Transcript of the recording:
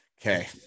okay